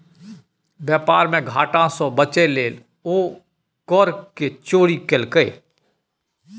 बेपार मे घाटा सँ बचय लेल ओ कर केर चोरी केलकै